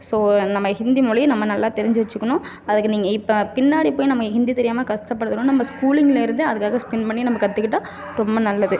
so நம்ம ஹிந்தி மொழி நம்ம நல்லா தெரிஞ்சு வெச்சிக்கணும் அதுக்கு நீங்கள் இப்போ பின்னாடி போய் நம்ம ஹிந்தி தெரியாமல் கஷடப்படுறதவிட நம்ம ஸ்கூலிங்கில் இருந்தே அதுக்காக ஸ்பெண்ட் பண்ணி நம்ம கற்றுக்கிட்டா ரொம்ப நல்லது